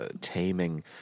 taming